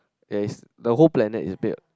ya is the whole planet is built